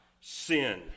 sin